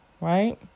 right